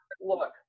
look